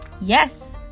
yes